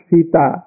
Sita